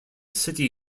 city